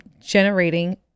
generating